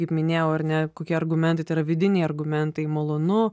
kaip minėjau ar ne kokie argumentai tai yra vidiniai argumentai malonu